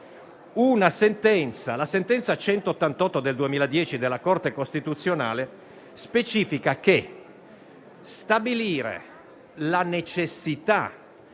La sentenza n. 188 del 2010 della Corte costituzionale specifica che stabilire la necessità